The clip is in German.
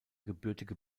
gebürtige